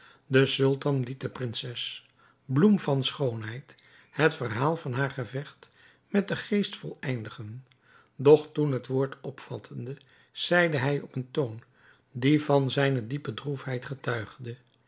de sultan liet de prinses bloem van schoonheid het verhaal van haar gevecht met den geest voleindigen doch toen het woord opvattende zeide hij op een toon die van zijne diepe droefheid getuigde